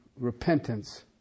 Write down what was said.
repentance